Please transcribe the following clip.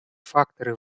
факторы